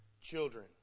children